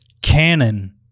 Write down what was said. canon